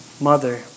mother